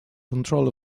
control